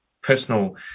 personal